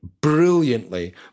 brilliantly